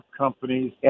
companies